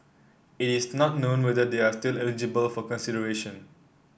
it is not known whether they are still eligible for consideration